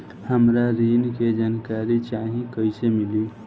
हमरा ऋण के जानकारी चाही कइसे मिली?